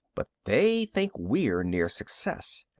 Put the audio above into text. but they think we're near success.